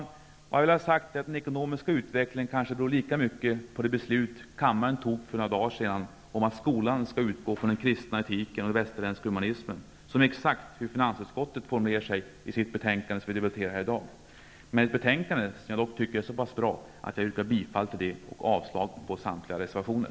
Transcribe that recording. Vad jag vill ha sagt är att den ekonomiska utvecklingen kanske lika mycket beror på det beslut som kammaren fattade för några dagar sedan om att skolan skall utgå från den kristna etiken och den västerländska humanismen som på hur exakt finansutskottet formulerar sig i det betänkande som vi debatterar här i dag -- ett betänkande som jag tycker är så pass bra att jag yrkar bifall till hemställan i detta samt avslag på samtliga reservationer.